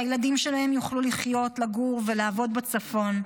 כדי שהילדים שלהם יוכלו לחיות, לגור ולעבוד בצפון.